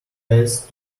path